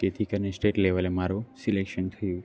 તેથી કરીને સ્ટેટ લેવલે મારું સિલેકશન થયું